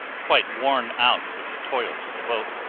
quite worn out with the toils of the boat,